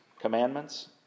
commandments